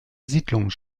siedlung